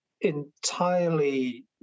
entirely